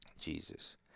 Jesus